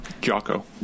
Jocko